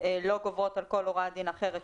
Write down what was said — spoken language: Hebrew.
לא גוברות על כל הוראת דין אחרת.